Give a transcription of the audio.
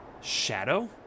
Shadow